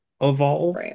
evolve